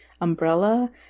umbrella